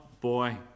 boy